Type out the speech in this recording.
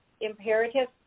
imperative